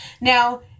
Now